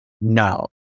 No